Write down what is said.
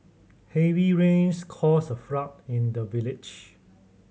heavy rains caused a flood in the village